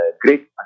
great